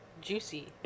Juicy